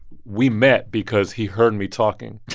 we met because he heard me talking.